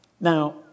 Now